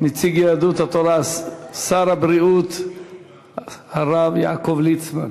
נציג יהדות התורה, שר הבריאות הרב יעקב ליצמן.